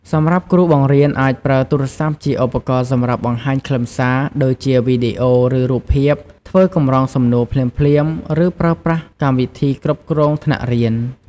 សម្រាប់គ្រូបង្រៀនអាចប្រើទូរស័ព្ទជាឧបករណ៍សម្រាប់បង្ហាញខ្លឹមសារ ដូចជាវីដេអូ ឬរូបភាព ធ្វើកម្រងសំណួរ ភ្លាមៗ ឬប្រើប្រាស់កម្មវិធីគ្រប់គ្រងថ្នាក់រៀន។